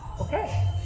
Okay